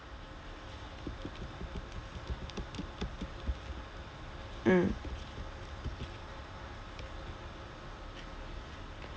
mm